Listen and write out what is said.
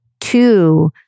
Two